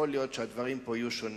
יכול להיות שהדברים פה יהיו שונים.